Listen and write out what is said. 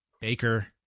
Baker